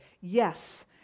Yes